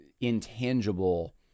intangible